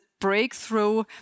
breakthrough